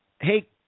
Hey